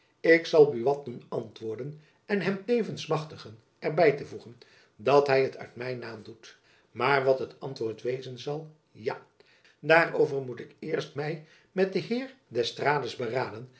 ik zal buat doen antwoorden en hem tevens machtijacob van lennep elizabeth musch gen er by te voegen dat hy het uit mijn naam doet maar wat het antwoord wezen zal ja daarover moet ik eerst my met den heer d'estrades beraden